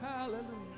Hallelujah